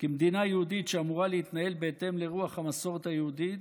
כמדינה יהודית שאמורה להתנהל בהתאם לרוח המסורת היהודית,